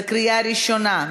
בקריאה ראשונה.